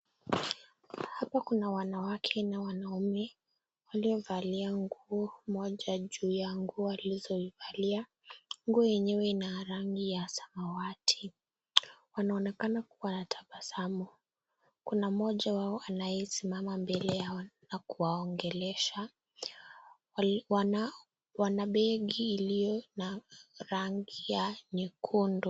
Hapa kuna wanawake na wanaume waliovalia nguo moja juu ya nguo walizovalia. Nguo yenyewe ina rangi ya samawati wanaonekana kuwa na tabasamu. Kuna mmoja wao anayesimama mbele yao na kuwaongelesha wana begi ilio na yangi ya nyekundu.